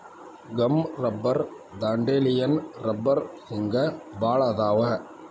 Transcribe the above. gum rubber dandelion ರಬ್ಬರ ಹಿಂಗ ಬಾಳ ಅದಾವ